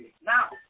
Now